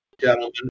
gentlemen